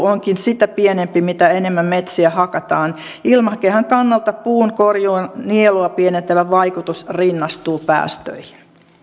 onkin sitä pienempi mitä enemmän metsiä hakataan ilmakehän kannalta puunkorjuun nielua pienentävä vaikutus rinnastuu päästöihin